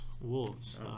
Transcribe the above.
Wolves